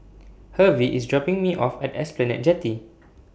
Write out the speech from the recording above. Hervey IS dropping Me off At Esplanade Jetty